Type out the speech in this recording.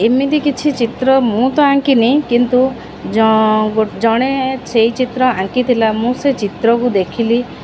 ଏମିତି କିଛି ଚିତ୍ର ମୁଁ ତ ଆଙ୍କିନି କିନ୍ତୁ ଜଣେ ସେଇ ଚିତ୍ର ଆଙ୍କିଥିଲା ମୁଁ ସେ ଚିତ୍ରକୁ ଦେଖିଲି